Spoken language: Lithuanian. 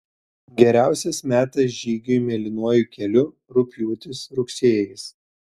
geriausias metas žygiui mėlynuoju keliu rugpjūtis rugsėjis